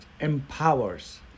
empowers